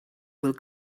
will